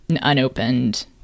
unopened